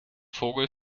vogel